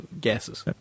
gases